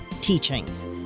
teachings